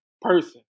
person